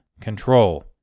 control